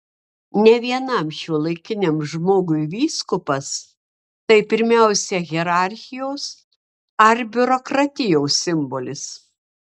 ne vienam šiuolaikiniam žmogui vyskupas tai pirmiausia hierarchijos ar biurokratijos simbolis